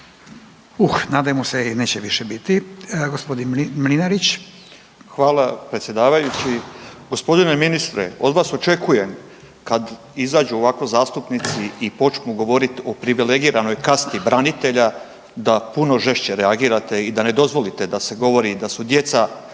Uh, nadajmo se i neće više biti. Gospodin Mlinarić. **Mlinarić, Stipo (DP)** Hvala predsjedavajući. Gospodine ministre, od vas očekujem, kad izađu ovako zastupnici i počnu govoriti o privilegiranoj kasti branitelja da puno žešće reagirate i ne dozvolite da se govori da su djeca